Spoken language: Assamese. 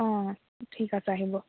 অ' ঠিক আছে আহিব